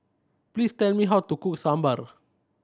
please tell me how to cook Sambar